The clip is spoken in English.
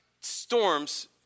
storms